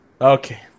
Okay